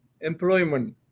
employment